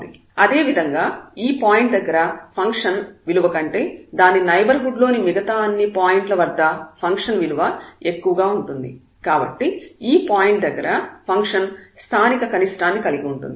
అదేవిధంగా ఈ పాయింట్ దగ్గర ఫంక్షన్ విలువ కంటే దాని నైబర్హుడ్ లోని మిగతా అన్ని పాయింట్ల వద్ద ఫంక్షన్ విలువ ఎక్కువగా ఉంటుంది కాబట్టి ఈ పాయింట్ దగ్గర ఫంక్షన్ స్థానిక కనిష్ఠాన్ని కలిగి ఉంటుంది